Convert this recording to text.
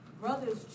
brother's